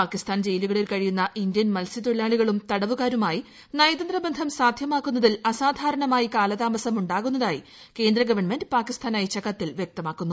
പാകിസ്ഥാൻ ജയിലുകളിൽ കഴിയുന്ന ഇന്ത്യൻ മത്സ്യത്തൊഴിലാളികളും തടവുകാരുമായി നയതന്ത്ര ബന്ധം സാധ്യമാകുന്നതിൽ അസാധാരണമായി കാലതാമസം ഉണ്ടാകുന്നതായി കേന്ദ്ര ഗവൺമെന്റ് പാകിസ്ഥാന് അയച്ച കത്തിൽ വ്യക്തമാക്കുന്നു